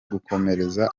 gukomereza